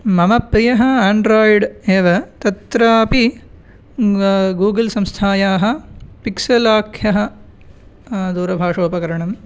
मम प्रियः आण्ड्रोय्ड् एव तत्रपि गूगल् संस्थायाः पिक्सेलाख्यः दूरभाषोपकरणम्